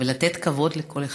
ולתת כבוד לכל אחד.